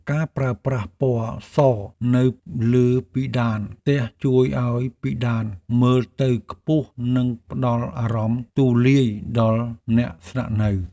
ការប្រើប្រាស់ពណ៌សនៅលើពិដានផ្ទះជួយឱ្យពិដានមើលទៅខ្ពស់និងផ្តល់អារម្មណ៍ទូលាយដល់អ្នកស្នាក់នៅ។